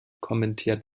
kommentiert